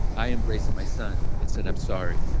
i embraced my son and said, i'm sorry.